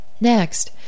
Next